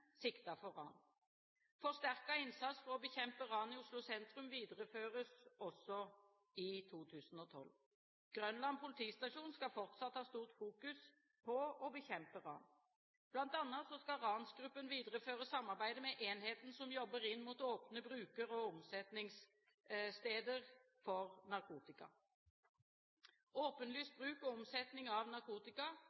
for ran. Forsterket innsats for å bekjempe ran i Oslo sentrum videreføres også i 2012. Grønland politistasjon skal fortsatt ha stort fokus på å bekjempe ran. Blant annet skal ransgruppen videreføre samarbeidet med enheten som jobber inn mot åpne bruker- og omsetningssteder for